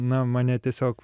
na mane tiesiog